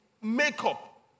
makeup